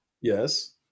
Yes